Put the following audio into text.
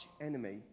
enemy